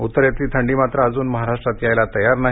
उत्तरेतली थंडी मात्र अजू महाराष्ट्रात यायला तयार नाही